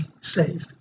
safe